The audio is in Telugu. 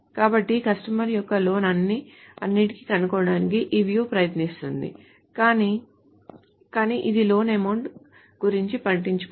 కాబట్టి కస్టమర్స్ యొక్క లోన్ లన్నింటినీ కనుగొనడానికి ఈ view ప్రయత్నిస్తుంది కానీ కానీ అది లోన్ అమౌంట్ గురించి పట్టించుకోదు